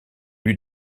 eut